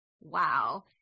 Wow